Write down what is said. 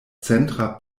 centra